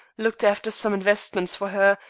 looked after some investments for her,